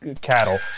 cattle